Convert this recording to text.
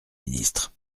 ministre